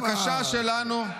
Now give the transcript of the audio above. לא יודע איך לבטא את הבקשה שלנו.